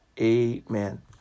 Amen